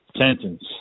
sentence